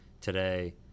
today